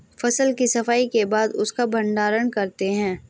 फसल की सफाई के बाद उसका भण्डारण करते हैं